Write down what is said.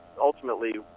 ultimately